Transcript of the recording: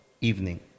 evening